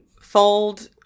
Fold